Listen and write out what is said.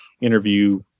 interview